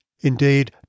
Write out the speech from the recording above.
Indeed